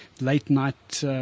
late-night